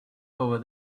over